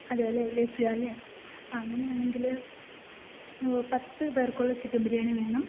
അതെയല്ലേ ലഭ്യമാണല്ലേ അങ്ങനെയാണെങ്കിൽ പത്തു പേർക്കുള്ള ചിക്കൻ ബിരിയാണി വേണം